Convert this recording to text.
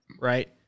Right